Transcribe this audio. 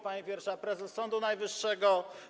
Pani Pierwsza Prezes Sądu Najwyższego!